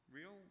real